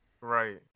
Right